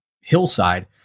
hillside